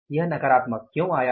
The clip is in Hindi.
यह नकारात्मक क्यों आया है